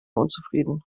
unzufrieden